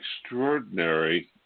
extraordinary